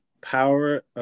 power